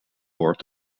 boord